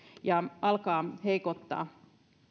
ja alkaa heikottaa